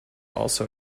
also